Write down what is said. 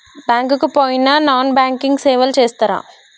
Bank కి పోయిన non banking సేవలు చేస్తరా?